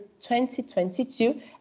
2022